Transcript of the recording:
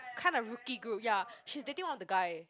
kind of rookie group ya she's taking on the guy